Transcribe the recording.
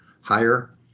higher